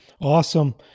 Awesome